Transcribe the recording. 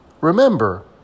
remember